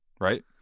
right